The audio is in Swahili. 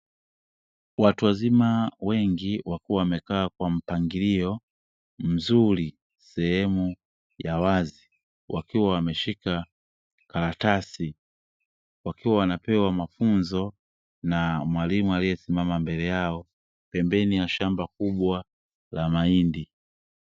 Watu wazima wengi wakiwa wamekaa kwa mpangilio mzuri sehemu ya wazi wakiwa wameshika karatasi, wakiwa wanapewa mafunzo na mwalimu aliesimama mbele yao pembeni ya shamba kubwa la mahindi.